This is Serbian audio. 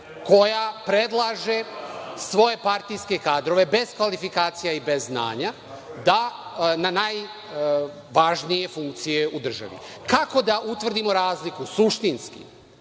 koja predlaže svoje partijske kadrove bez kvalifikacija i bez znanja na najvažnije funkcije u državi. Kako da utvrdimo razliku suštinski?